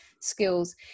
skills